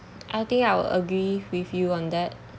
I think I'll agree with you on that